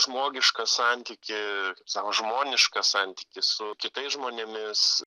žmogišką santykį savo žmonišką santykį su kitais žmonėmis